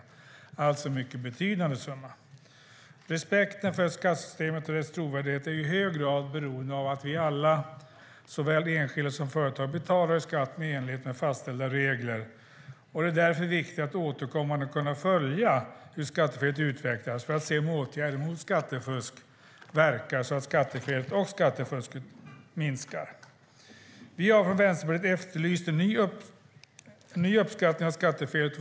Det är alltså en mycket betydande summa. Respekten för skattesystemet och dess trovärdighet är ju i hög grad beroende av att vi alla, såväl enskilda som företag, betalar skatt i enlighet med fastställda regler. Det är därför viktigt att återkommande kunna följa hur skattefelet utvecklas för att se om åtgärder mot skattefusk verkar så att skattefelet och skattefusket minskar. Vi har från Vänsterpartiets sida efterlyst en ny uppskattning av skattefelet.